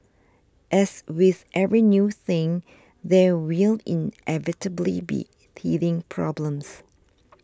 as with every new thing there will inevitably be teething problems